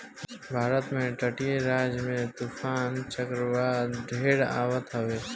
भारत के तटीय राज्य में तूफ़ान चक्रवात ढेर आवत हवे